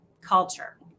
culture